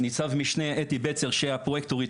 ניצב משנה אתי בצר שהיא הפרוייקטורית